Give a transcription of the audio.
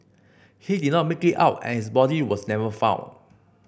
he did not make it out and his body was never found